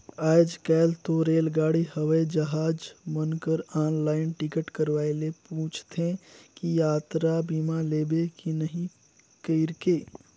आयज कायल तो रेलगाड़ी हवई जहाज मन कर आनलाईन टिकट करवाये ले पूंछते कि यातरा बीमा लेबे की नही कइरके